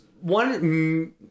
one